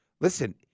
listen